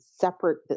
separate